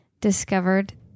discovered